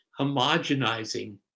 homogenizing